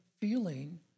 feeling